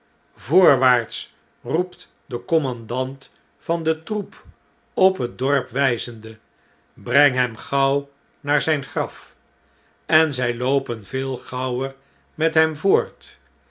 voorwaarts roept de commandant van den troep op net dorp wjjzende brengt hem gauw naar zjjn graf en zjj loopen veel gauwer met hem voort